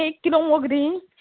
एक किलो मोगरीं